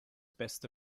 beste